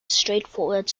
straightforward